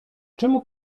czemu